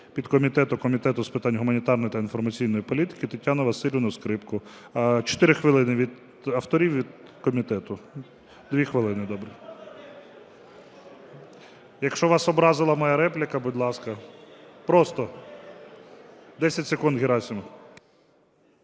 Комітету з питань гуманітарної та інформаційної політики Тетяну Василівну Скрипку – 4 хвилини від авторів і від комітету. 2 хвилини, добре. Якщо вас образила моя репліка, будь ласка. Просто... 10 секунд, Герасимов.